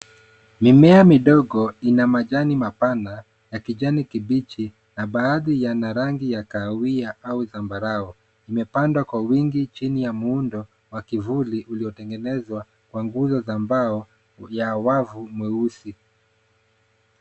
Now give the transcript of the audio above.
Mimea midogo, ina majani mapana, ya kijani kibichi, na baadhi yana rangi ya kahawia au zambarau. Imepandwa kwa wingi chini ya muundo, wa kivuli, uliotengenezwa kwa nguzo za mbao, ya wavu mweusi.